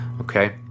Okay